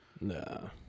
No